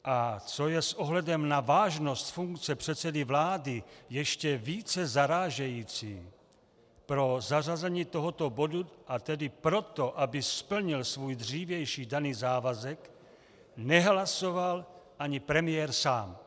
A co je s ohledem na vážnost funkce předsedy vlády ještě více zarážející pro zařazení tohoto bodu, a tedy pro to, aby splnil svůj dřívější daný závazek, nehlasoval ani premiér sám.